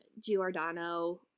Giordano